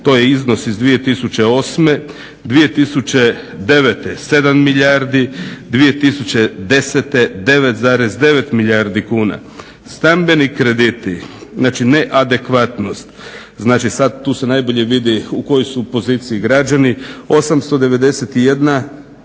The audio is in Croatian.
to je iznos iz 2008., 2009. 7 milijardi, 2010. 9,9 milijardi kuna. Stambeni krediti, znači neadekvatnost, znači sad tu se najbolje vidi u kojoj su poziciji građani, 891 milijun